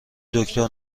دکتر